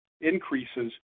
increases